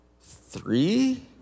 three